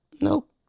Nope